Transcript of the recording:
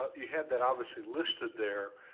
ah you have that obviously listed there,